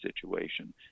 situation